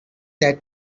that